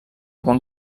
bon